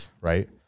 Right